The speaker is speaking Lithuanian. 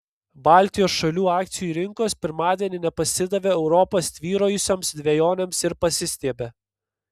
baltijos šalių akcijų rinkos pirmadienį nepasidavė europoje tvyrojusioms dvejonėms ir pasistiebė